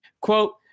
Quote